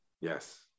Yes